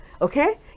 Okay